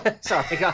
Sorry